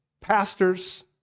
pastors